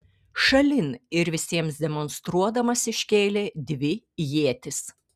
šalin ir visiems demonstruodamas iškėlė dvi ietis